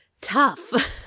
tough